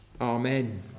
amen